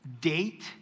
Date